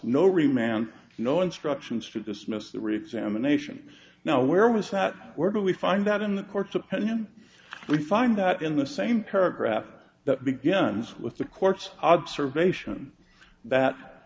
no remand no instructions to dismiss the ritz emanations no where was not where do we find that in the court's opinion we find out in the same paragraph that begins with the court's observation that